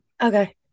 Okay